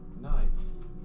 Nice